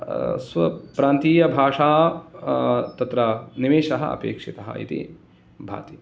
स्वप्रान्तीयभाषा तत्र निवेशः अपेक्षितः इति भाति